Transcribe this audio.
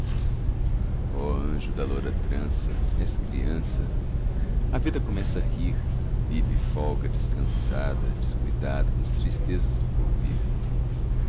ó anjo da loura trança és criança a vida começa a rir vive e folga descansada descuidada das tristezas do porvir ó